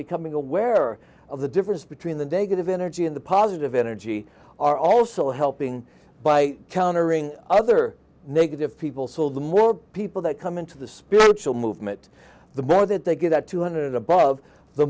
becoming aware of the difference between the negative energy and the positive energy are also helping by countering other negative people so the more people that come into the spiritual movement the more that they get that two hundred above the